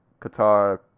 Qatar